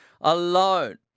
alone